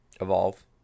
evolve